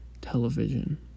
television